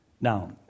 Now